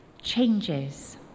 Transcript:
changes